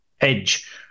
edge